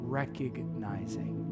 recognizing